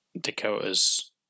Dakota's